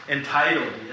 Entitled